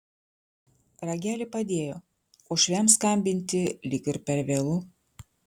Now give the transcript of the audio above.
ragelį padėjo uošviams skambinti lyg ir per vėlu